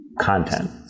content